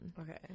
Okay